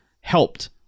helped